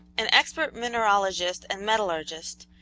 an expert mineralogist and metallurgist,